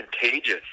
contagious